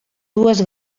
dues